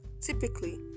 Typically